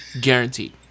Guaranteed